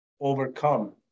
overcome